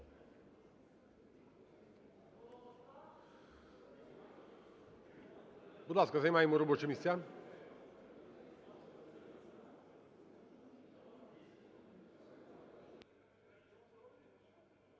зал. Будь ласка, займаємо робочі місця.